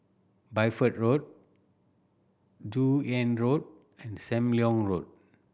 Bideford Road Joon Hiang Road and Sam Leong Road